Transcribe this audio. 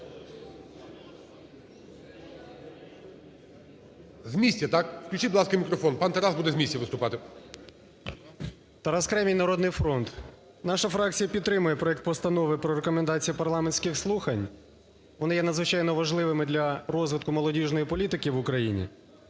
З місця, так? Включіть, будь ласка, мікрофон, пан Тарас буде з місця виступати. 13:04:14 КРЕМІНЬ Т.Д. Тарас Кремінь, "Народний фронт". Наша фракція підтримує проект Постанови про Рекомендації парламентських слухань. Вони є надзвичайно важливими для розвитку молодіжної політики в Україні.